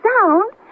sound